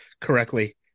correctly